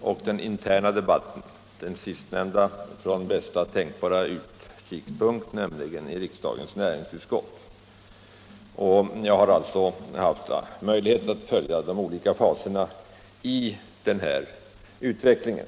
och den interna debatten, den sistnämnda från bästa tänkbara utsiktspunkt, nämligen riksdagens näringsutskott, och har alltså kunnat observera de olika faserna i utvecklingen.